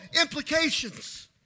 implications